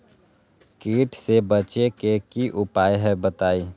कीट से बचे के की उपाय हैं बताई?